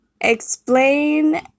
Explain